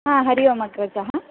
हा हरिः ओम् अग्रजः